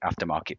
aftermarket